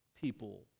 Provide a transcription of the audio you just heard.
people